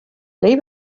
leave